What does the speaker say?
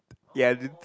yes